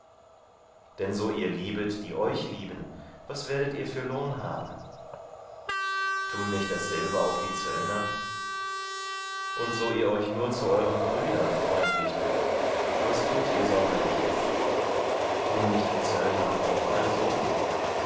denn so ihr liebet die euch lieben was werdet ihr für lohn haben tun nicht dasselbe auch die zöllner und so ihr euch nur zu euren brüdern freundlich tut was tut ihr sonderliches tun nicht die zöllner auch also